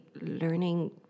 learning